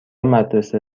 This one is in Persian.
مدرسه